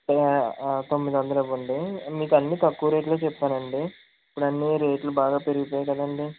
తొమ్మిది వందలు ఇవ్వండి మీకు అన్నీ తక్కువ రేట్లు చెప్పానండి ఇప్పుడు అన్నీ రేట్లు బాగా పెరుగిపోయాయి కదండి